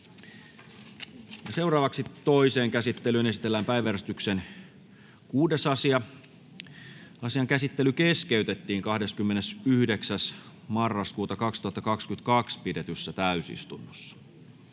Content: Toiseen käsittelyyn esitellään päiväjärjestyksen 6. asia. Asian käsittely keskeytettiin 29.11.2022 pidetyssä täysistunnossa.